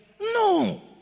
No